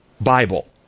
Bible